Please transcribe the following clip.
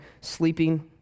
sleeping